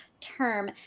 term